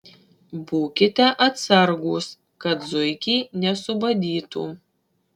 būkite atsargūs kad zuikiai nesubadytų